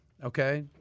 Okay